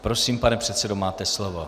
Prosím, pane předsedo, máte slovo.